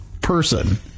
person